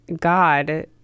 God